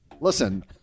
Listen